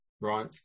Right